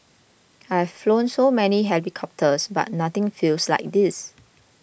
I've flown so many helicopters but nothing feels like this